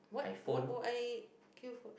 what what would I queue for